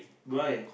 why